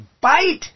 bite